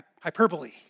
hyperbole